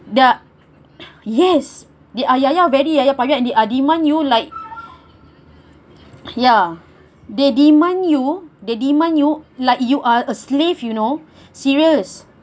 ya yes they are yaya very yayapaya and they are demand you like ya they demand you they demand you like you are a slave you know serious